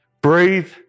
Breathe